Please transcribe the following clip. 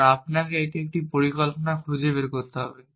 কারণ আপনাকে এখন একটি পরিকল্পনা খুঁজে বের করতে হবে